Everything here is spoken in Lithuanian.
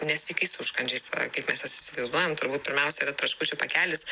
nesveikais užkandžiais va kaip mes juos įsivaizduojam turbūt pirmiausia yra traškučių pakelis